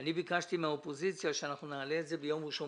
אני ביקשתי מהאופוזיציה שאנחנו נעלה את זה ביום ראשון